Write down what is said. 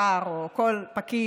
שר או כל פקיד,